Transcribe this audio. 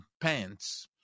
pants